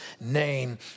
name